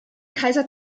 kaiser